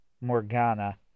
Morgana